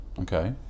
Okay